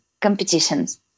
competitions